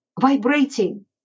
vibrating